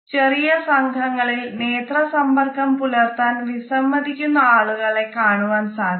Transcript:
ചെറിയ സംഘങ്ങളിൽ നേത്ര സമ്പർക്കം പുലർത്താൻ വിസമ്മതിക്കുന്ന ആളുകളെ കാണുവാൻ സാധിക്കും